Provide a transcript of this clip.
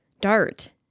Dart